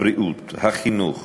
הבריאות, החינוך